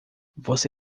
você